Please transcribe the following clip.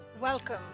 Welcome